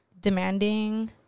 demanding